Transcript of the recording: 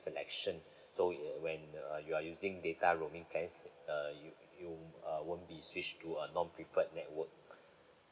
selection so when uh you are using data roaming plans uh you you uh won't be switch to a non-preferred network